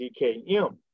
DKM